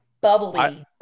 bubbly